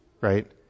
right